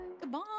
goodbye